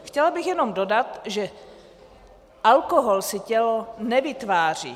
Chtěla bych jenom dodat, že alkohol si tělo nevytváří.